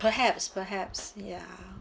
perhaps perhaps ya